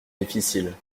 difficiles